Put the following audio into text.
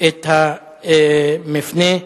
את המפנה.